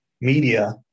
media